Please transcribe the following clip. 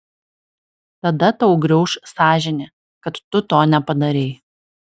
tada tau griauš sąžinė kad tu to nepadarei